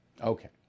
Okay